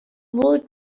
wool